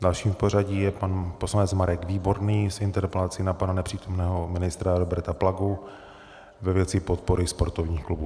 Dalším v pořadí je pan poslanec Marek Výborný s interpelací na pana nepřítomného ministra Roberta Plagu ve věci podpory sportovních klubů.